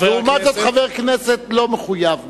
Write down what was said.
לעומת זאת, חבר הכנסת לא מחויב בזה.